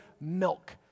milk